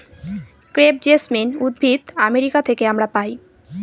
crepe jasmine উদ্ভিদ America থেকে আমরা পাই